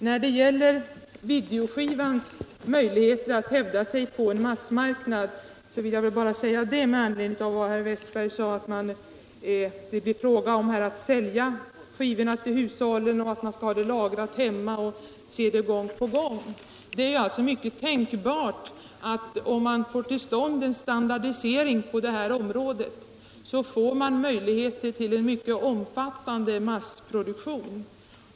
När det gäller videoskivans möjligheter att hävda sig på en massmarknad sade herr Wästberg att det här blir fråga om att sälja skivorna till hushållen, att man skall ha dem lagrade hemma och se dem gång på gång. Det är mycket tänkbart att om man får till stånd en standardisering på detta område, så ges det möjligheter till mycket omfattande massproduktion.